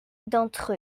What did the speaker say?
d’entre